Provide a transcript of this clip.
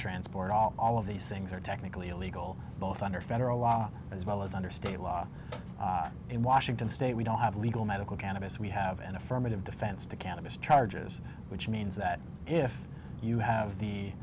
transport all all of these things are technically illegal both under federal law as well as under state law in washington state we don't have lee well medical cannabis we have an affirmative defense to cannabis charges which means that if you have the